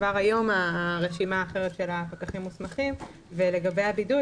כבר היום הרשימה של הפקחים המוסמכים לגבי הבידוד,